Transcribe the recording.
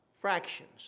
fractions